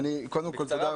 בבקשה.